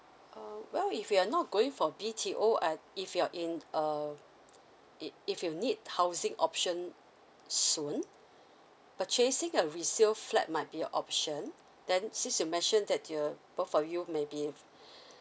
um well if you're not going for B_T_O uh if you're in uh if if you need housing option soon purchasing a resale flat might be an option then since you mentioned that you both of you maybe